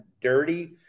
dirty